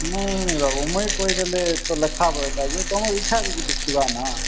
ନେଇଁ ନେଇଁ ବାବୁ ମୁଇଁ କହିଦେଲେ ତ ଲେଖାବ୍ ଏକା ଯେ ତୁମର ଇଚ୍ଛା ବି ଗୁଟେ ଥିବା ନା